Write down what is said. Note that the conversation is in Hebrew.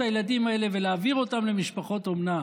הילדים האלה ולהעביר אותם למשפחות אומנה